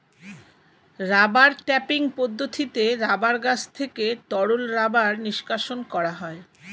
rubber tapping পদ্ধতিতে rubber গাছ থেকে তরল রাবার নিষ্কাশণ করা হয়